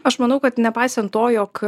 aš manau kad nepaisant to jog